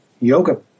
yoga